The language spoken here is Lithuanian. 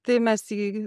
tai mes į